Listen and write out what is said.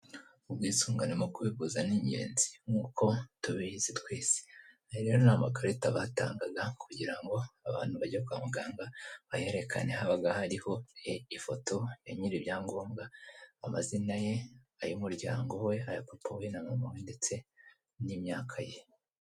Ubwisungane mu kwivuza ni ingenzi nk'uko tubizi twese. Rero aya ni amakarita batangaga kugira ngo abantu bagiye kwa muganga bayerekane. Habaga hariho ifoto ya nyiri ibyangombwa, amazina ye, ay'umuryango we, aya papa we na mama we ndetse n'imyaka ye.